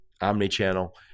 omni-channel